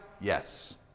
Yes